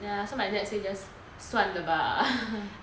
ya so my dad say just 算了吧